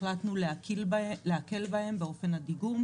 החלטנו להקל באופן הדיגום.